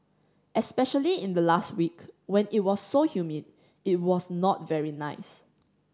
especially in the last week when it was so humid it was not very nice